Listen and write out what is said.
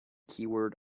keyword